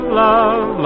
love